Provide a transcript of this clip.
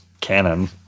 canon